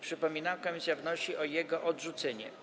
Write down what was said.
Przypominam, komisja wnosi o jego odrzucenie.